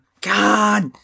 God